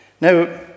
Now